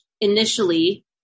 initially –